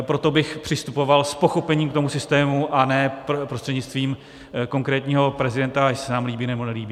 Proto bych přistupoval s pochopením k tomu systému a ne prostřednictvím konkrétního prezidenta, jestli se nám líbí, nebo nelíbí.